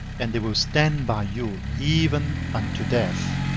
and they will stand by you even unto death.